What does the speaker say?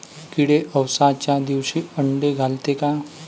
किडे अवसच्या दिवशी आंडे घालते का?